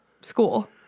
school